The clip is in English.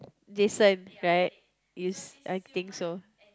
Jason right is I think so